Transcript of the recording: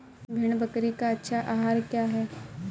भेड़ बकरी का अच्छा आहार क्या है?